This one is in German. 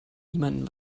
niemandem